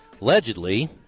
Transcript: allegedly